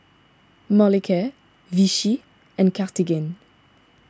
Molicare Vichy and Cartigain